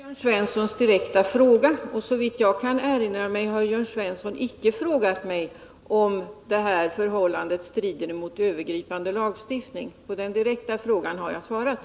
Herr talman! Jag har ju svarat på Jörn Svenssons direkta fråga, och såvitt jag kan erinra mig har just Jörn Svensson icke frågat mig om detta förhållande strider emot övergripande lagstiftning. På den direkta frågan har jag svarat.